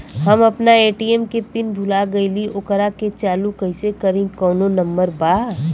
हम अपना ए.टी.एम के पिन भूला गईली ओकरा के चालू कइसे करी कौनो नंबर बा?